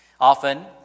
Often